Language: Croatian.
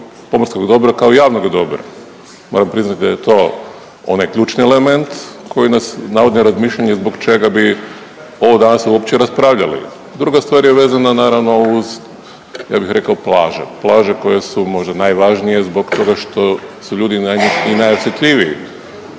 pomorskog dobra kao javnoga dobra. Moram priznati da je to onaj ključni element koji nas navodi na razmišljanje zbog čega bi o ovom danas uopće raspravljali? Druga stvar je vezana naravno uz ja bih rekao plaže, plaže koje su možda najvažnije zbog toga što su ljudi na njih i najosjetljiviji.